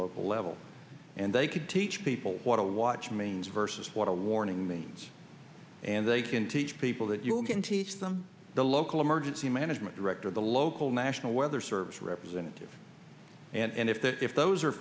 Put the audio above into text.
local level and they could teach people what a watch means versus what a warning means and they can teach people that you can teach them the local emergency management director the local national weather service representative and if that if those are